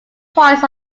points